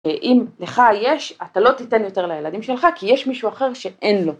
אם לך יש, אתה לא תיתן יותר לילדים שלך כי יש מישהו אחר שאין לו.